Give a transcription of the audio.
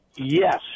Yes